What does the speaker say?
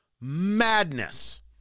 madness